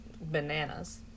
bananas